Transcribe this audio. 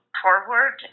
forward